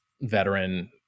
veteran